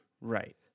Right